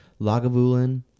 Lagavulin